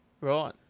Right